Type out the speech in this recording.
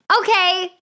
okay